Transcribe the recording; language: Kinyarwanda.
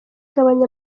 gabanya